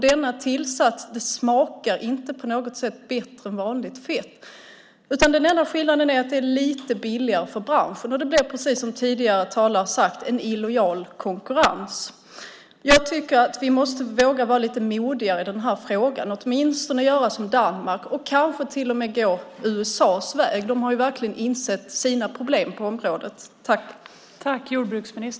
Denna tillsats smakar inte på något sätt bättre än vanligt fett. Den enda skillnaden är att det är lite billigare för branschen. Det blir, precis som tidigare talare har sagt, en illojal konkurrens. Jag tycker att vi måste våga vara lite modiga i den här frågan och åtminstone göra som Danmark. Vi kanske till och med ska gå USA:s väg. Där har man verkligen insett sina problem på området.